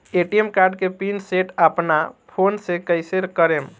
ATM card के pin set अपना phone से कइसे करेम?